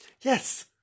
Yes